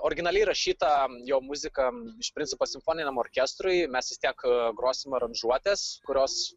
originaliai rašyta jo muzika iš principo simfoniniam orkestrui mes vis tiek grosim aranžuotes kurios